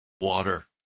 water